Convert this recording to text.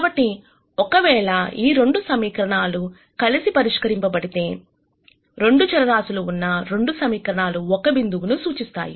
కాబట్టి ఒకవేళ ఈ రెండు సమీకరణాలు కలిసి పరిష్కరింపడితే 2 చరరాశులు ఉన్న 2 సమీకరణాలు ఒక బిందువు ను సూచిస్తాయి